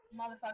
motherfucker